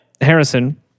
Harrison